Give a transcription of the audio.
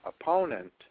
opponent